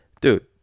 dude